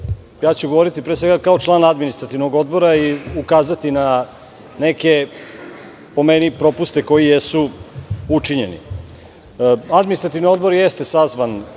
ja ću govoriti pre svega kao član Administrativnog odbora i ukazati na neke, po meni, propuste koji su učinjeni. Administrativni odbor jeste sazvan